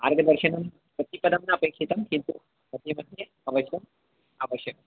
मार्गदर्शनं प्रतिपदं नापेक्षितं किन्तु मध्ये मध्ये अवश्यम् अपेक्षम्